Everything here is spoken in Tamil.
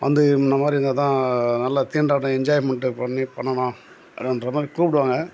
வந்து இந்த மாதிரி இருந்தால் தான் நல்லா தீண்டாட்டம் என்ஜாய்மெண்ட்டு பண்ணி பண்ணலாம் அப்படின்ற மாதிரி கூப்பிடுவாங்க